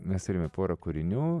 mes turime porą kūrinių